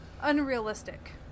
unrealistic